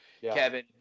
Kevin